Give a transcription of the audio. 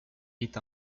est